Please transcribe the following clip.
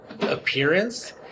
appearance